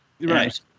Right